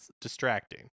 distracting